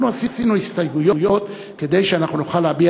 אנחנו עשינו הסתייגויות כדי שנוכל להביע